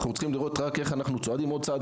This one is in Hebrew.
אנחנו רק צריכים לראות איך אנחנו צועדים עוד צעד